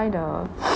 the